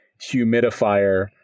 humidifier